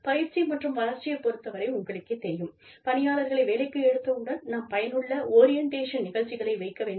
பயிற்சி மற்றும் வளர்ச்சியை பொறுத்தவரை உங்களுக்கே தெரியும் பணியாளர்களை வேலைக்கு எடுத்தவுடன் நாம் பயனுள்ள ஓரியண்டேஷன் நிகழ்ச்சிகளை வைக்க வேண்டும்